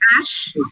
ash